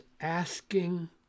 asking